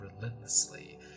relentlessly